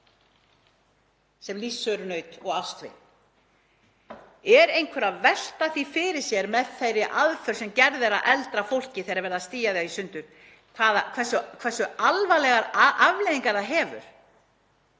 sem lífsförunaut og ástvin. Er einhver að velta því fyrir sér, með þeirri aðför sem gerð er að eldra fólki þegar verið er að stía því í sundur, hversu alvarlegar afleiðingar það hefur